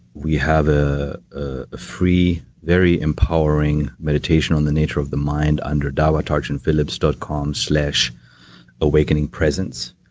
we have a ah free, very empowering meditation on the nature of the mind under dawatarchinphillips dot com slash awakeningpresence,